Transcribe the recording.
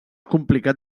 complicat